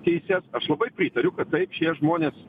teises aš labai pritariu kad tai šie žmonės